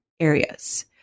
areas